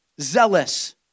zealous